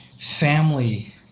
family